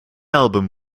album